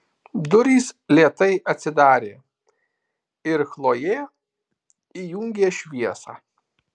durys lėtai atsidarė ir chlojė įjungė šviesą